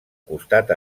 costat